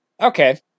okay